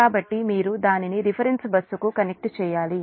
కాబట్టి మీరు దానిని రిఫరెన్స్ బస్సుకు కనెక్ట్ చేయాలి